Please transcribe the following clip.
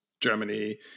Germany